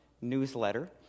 newsletter